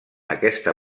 aquesta